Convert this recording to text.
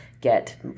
get